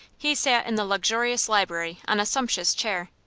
he sat in the luxurious library on a sumptuous chair.